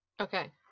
Okay